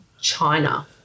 China